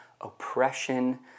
oppression